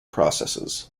processes